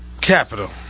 capital